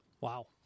Wow